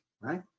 right